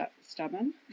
stubborn